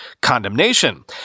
condemnation